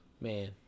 man